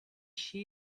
she